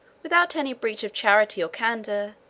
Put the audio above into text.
without any breach of charity or candor,